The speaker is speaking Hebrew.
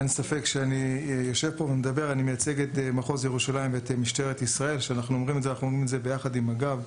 אני מייצג את מחוז ירושלים ואת משטרת ישראל ביחד עם מג"ב,